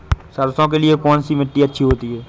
सरसो के लिए कौन सी मिट्टी अच्छी होती है?